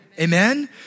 Amen